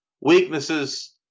Weaknesses